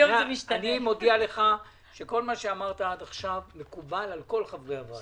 אני מודיע לך שכל מה שאמרת עד עכשיו מקובל על כל חברי הוועדה.